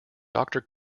doctor